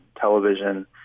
television